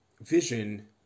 vision